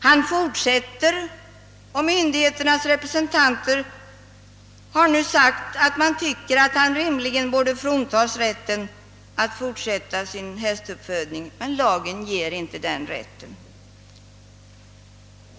Han fortsätter alltså, och myndigheternas representanter har nu sagt att han rimligen borde fråntas rätten att fortsätta med sin hästuppfödning. Men lagen ger inte den rätten.